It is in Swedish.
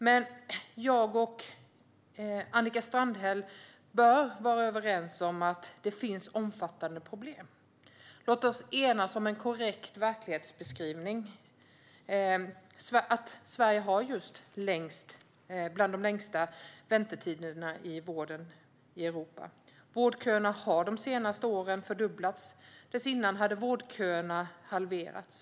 Men jag och Annika Strandhäll bör vara överens om att det finns omfattande problem. Låt oss enas om en korrekt verklighetsbeskrivning. Sverige har bland de längsta väntetiderna i vården i Europa. Vårdköerna har de senaste åren fördubblats. Dessförinnan hade vårdköerna halverats.